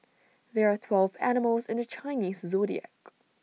there are twelve animals in the Chinese Zodiac